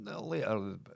later